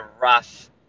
rough